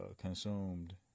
consumed